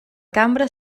cambra